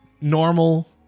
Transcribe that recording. normal